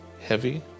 heavy